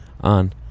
on